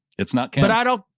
it's not ken.